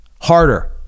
Harder